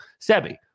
Sebi